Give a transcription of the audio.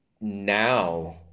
now